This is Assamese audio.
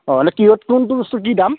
অঁ এনে কিহত কোনটো বস্তুৰ কি দাম